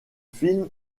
film